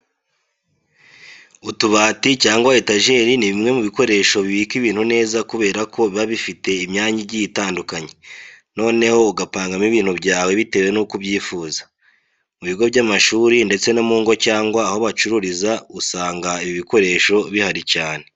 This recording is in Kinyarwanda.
Utubati cyangwa utu etajeri ni bimwe mu bikoresho bibika ibintu neza kubera ko biba bifite imyanya igiye itandukanye, noneho ugapangamo ibintu byawe bitewe nuko ubyifuza. Mu bigo by'amashuri ndetse no mu ngo cyangwa aho bacururiza usanga ibi bikoresho bihari cyane.